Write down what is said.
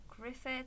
Griffith